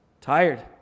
tired